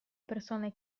persone